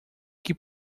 que